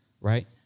right